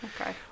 Okay